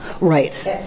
right